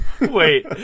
Wait